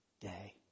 day